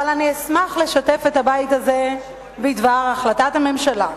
אבל אני אשמח לשתף את הבית הזה בדבר החלטת הממשלה.